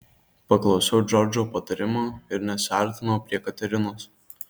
paklausiau džordžo patarimo ir nesiartinau prie katerinos